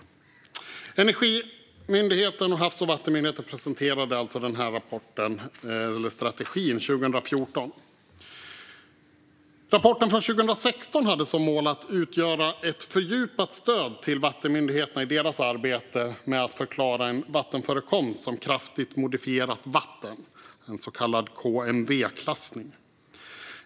Energimyndigheten och Havs och vattenmyndigheten presenterade alltså den strategin 2014. Rapporten från 2016 hade som mål att utgöra ett fördjupat stöd till vattenmyndigheterna i deras arbete med att förklara en vattenförekomst som kraftigt modifierat vatten, en så kallad KMV-klassning.